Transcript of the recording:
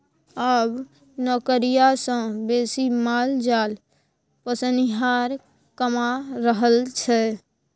आब नौकरिया सँ बेसी माल जाल पोसनिहार कमा रहल छै